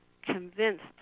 convinced